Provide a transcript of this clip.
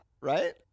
right